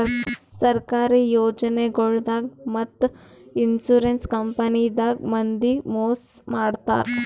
ಸರ್ಕಾರಿ ಯೋಜನಾಗೊಳ್ದಾಗ್ ಮತ್ತ್ ಇನ್ಶೂರೆನ್ಸ್ ಕಂಪನಿದಾಗ್ ಮಂದಿಗ್ ಮೋಸ್ ಮಾಡ್ತರ್